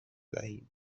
دهیم